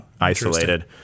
isolated